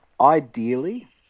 ideally